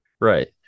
Right